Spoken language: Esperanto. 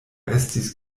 estis